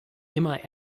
immer